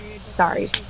Sorry